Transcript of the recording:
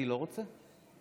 תודה רבה, אדוני